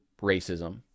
racism